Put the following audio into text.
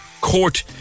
court